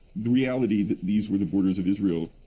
the reality that these were the borders of israel,